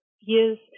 years